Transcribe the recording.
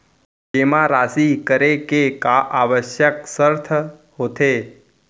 जेमा राशि करे के का आवश्यक शर्त होथे?